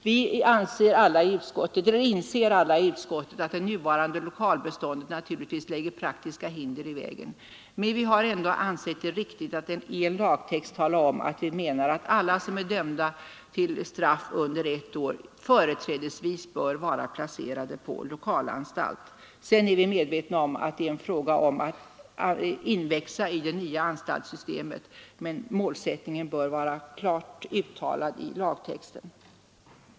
Vi inser alla i utskottet att det nuvarande lokalbeståndet lägger praktiska hinder i vägen, men vi har ändå ansett det riktigt att i lagtexten tala om att alla som är dömda till straff under ett år företrädesvis bör vara placerade på lokalanstalt. Vi är medvetna om att detta också är en fråga om att växa in i det nya anstaltssystemet, men målsättningen bör vara klart uttalad i lagtexten.